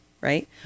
right